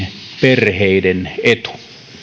perheiden etu